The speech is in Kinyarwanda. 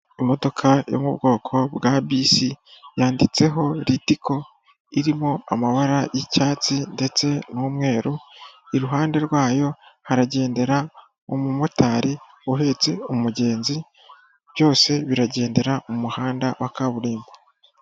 Imodoka yo mu bwoko bwa bisi yanditseho Ritco, irimo amabara y'icyatsi ndetse n'umweru, iruhande rwayo haragendera umumotari uhetse umugenzi, byose biragendera mu muhanda wa kaburimbo.